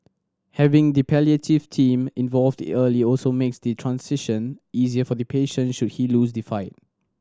having the palliative team involved early also makes the transition easier for the patient should he lose the fight